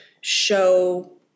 show